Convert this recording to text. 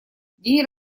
день